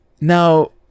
now